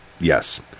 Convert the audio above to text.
yes